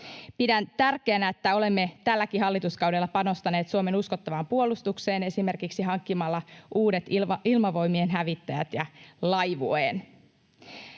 Pidän tärkeänä, että olemme tälläkin hallituskaudella panostaneet Suomen uskottavaan puolustukseen esimerkiksi hankkimalla uudet Ilmavoimien hävittäjät ja laivueen.